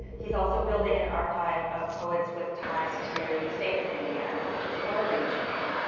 he's also building an archive of poets with ties to the state of indiana, which is far-reaching.